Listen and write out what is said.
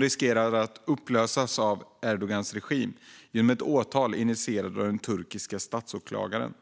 riskerar att upplösas av Erdogans regim genom ett åtal initierat av den turkiska statsåklagaren.